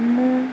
ମୁଁ